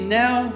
now